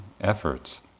efforts